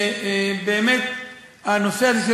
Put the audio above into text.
שהנושא הזה,